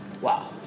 Wow